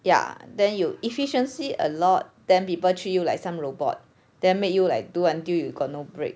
ya then you efficiency a lot then people treat you like some robot then make you like do until you got no break